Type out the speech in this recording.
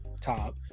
top